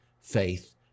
faith